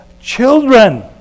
children